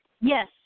Yes